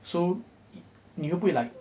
so 你会不会 like